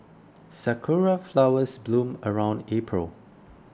sakura flowers bloom around April